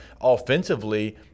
offensively